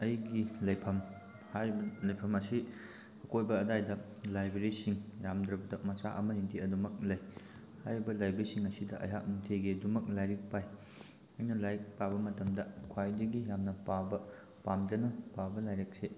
ꯑꯩꯒꯤ ꯂꯩꯐꯝ ꯍꯥꯏꯔꯤꯕ ꯂꯩꯐꯝ ꯑꯁꯤ ꯑꯀꯣꯏꯕ ꯑꯗꯨꯋꯥꯏꯗ ꯂꯥꯏꯕ꯭ꯔꯦꯔꯤꯁꯤꯡ ꯌꯥꯝꯗ꯭ꯔꯕꯗ ꯃꯆꯥ ꯑꯃꯅꯤꯗꯤ ꯑꯗꯨꯃꯛ ꯂꯩ ꯍꯥꯏꯔꯤꯕ ꯂꯥꯏꯕ꯭ꯔꯦꯔꯤꯁꯤꯡ ꯑꯁꯤꯗ ꯑꯩꯍꯥꯛꯅ ꯅꯨꯡꯇꯤꯒꯤ ꯑꯗꯨꯃꯛ ꯂꯥꯏꯔꯤꯛ ꯄꯥꯏ ꯑꯩꯅ ꯂꯥꯏꯔꯤꯛ ꯄꯥꯕ ꯃꯇꯝꯗ ꯈ꯭ꯋꯥꯏꯗꯒꯤ ꯌꯥꯝꯅ ꯄꯥꯕ ꯄꯥꯝꯖꯅ ꯄꯥꯕ ꯂꯥꯏꯔꯤꯛꯁꯤ